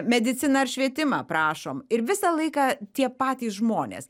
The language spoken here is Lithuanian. mediciną ir švietimą prašom ir visą laiką tie patys žmonės